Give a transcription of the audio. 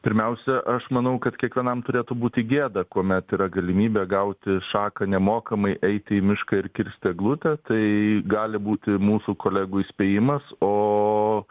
pirmiausia aš manau kad kiekvienam turėtų būti gėda kuomet yra galimybė gauti šaką nemokamai eiti į mišką ir kirsti eglutę tai gali būti mūsų kolegų įspėjimas o